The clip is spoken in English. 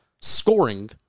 scoring